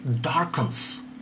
darkens